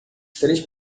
três